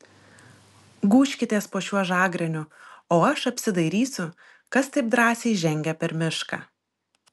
gūžkitės po šiuo žagreniu o aš apsidairysiu kas taip drąsiai žengia per mišką